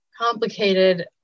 complicated